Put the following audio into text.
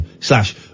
slash